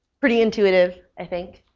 pretty intuitive, i think.